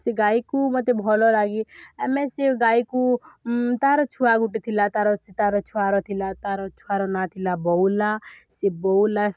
ସେ ଗାଈକୁ ମୋତେ ଭଲ ଲାଗେ ଆମେ ସେ ଗାଈକୁ ତା'ର ଛୁଆ ଗୋଟେ ଥିଲା ତା'ର ତା'ର ଛୁଆର ଥିଲା ତା'ର ଛୁଆର ନାଁ ଥିଲା ବଉଲା ସେ ବଉଲା